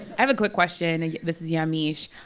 have a quick question. and this is yamiche.